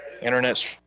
Internet